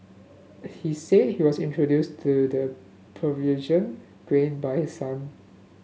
he said he was introduced to the Peruvian grain by his son